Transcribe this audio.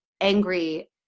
angry